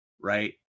right